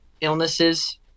illnesses